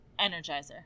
Energizer